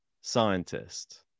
scientist